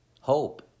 hope